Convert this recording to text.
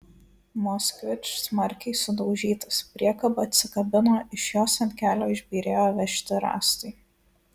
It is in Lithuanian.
moskvič smarkiai sudaužytas priekaba atsikabino iš jos ant kelio išbyrėjo vežti rąstai